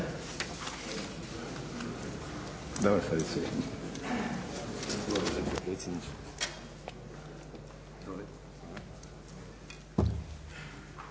Hvala vam